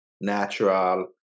natural